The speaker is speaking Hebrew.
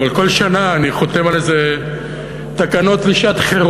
אבל כל שנה אני חותם על איזה תקנות לשעת-חירום,